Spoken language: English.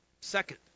Second